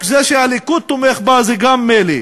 זה שהליכוד תומך בה, זה גם מילא.